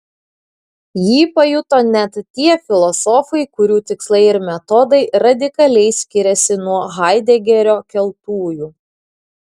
jį pajuto net tie filosofai kurių tikslai ir metodai radikaliai skiriasi nuo haidegerio keltųjų